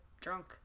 drunk